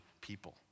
people